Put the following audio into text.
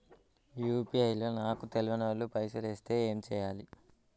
UPI లో నాకు తెల్వనోళ్లు పైసల్ ఎస్తే ఏం చేయాలి?